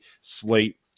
slate